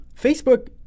Facebook